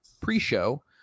pre-show